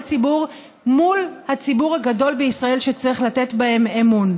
ציבור מול הציבור הגדול בישראל שצריך לתת בהם אמון.